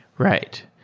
right.